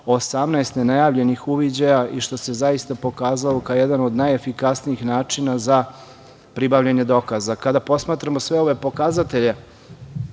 18 nenajavljenih uviđaja i što se zaista pokazalo kao jedan od najefikasnijih načina za pribavljanje dokaza. Kada posmatramo sve ove pokazatelje,